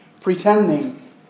pretending